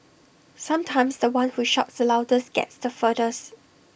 sometimes The One who shouts the loudest gets the furthest